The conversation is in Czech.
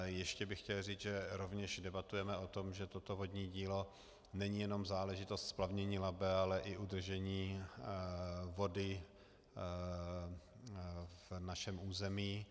Ještě bych chtěl říct, že rovněž debatujeme o tom, že toto vodní dílo není jenom záležitost splavnění Labe, ale i udržení vody na našem území.